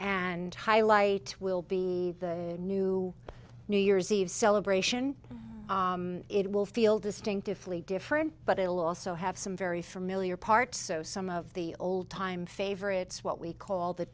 and highlight will be the new new year's eve celebration it will feel distinctively different but it will also have some very familiar parts so some of the old time favorites what we call the